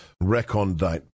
recondite